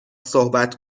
صحبت